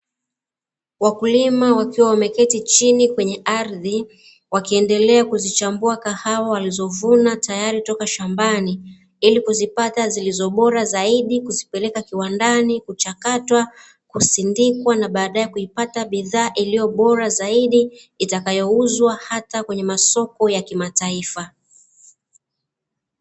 Wakulima wakiwa wameketi chini kwenye ardhi, wakiendelea kuzichambua kahawa walizovuna tayari toka shambani, ili kuzipata zilizo bora zaidi kuzipeleka kiwandani kuchakatwa, kusindikwa, na baadaye kuipata bidhaa iliyo bora zaidi, itakayouzwa hata kwenye masoko ya kimataifa.